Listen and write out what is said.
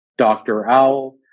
drowl